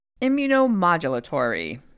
Immunomodulatory